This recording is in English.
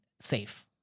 safe